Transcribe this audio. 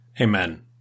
Amen